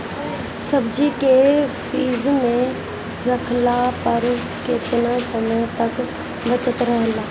सब्जी के फिज में रखला पर केतना समय तक बचल रहेला?